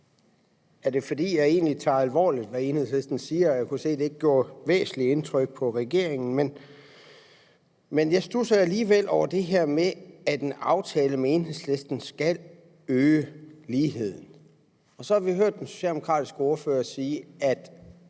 er det, fordi jeg egentlig tager det, Enhedslisten siger, alvorligt. Jeg kunne se, det ikke gjorde væsentlig indtryk på regeringen, men jeg studsede alligevel over det med, at en aftale med Enhedslisten skal øge ligheden. Vi har så hørt den socialdemokratiske ordfører sige, at